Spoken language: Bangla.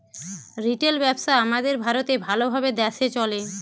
রিটেল ব্যবসা আমাদের ভারতে ভাল ভাবে দ্যাশে চলে